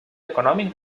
econòmic